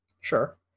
sure